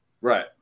Right